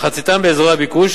מחציתן באזורי הביקוש.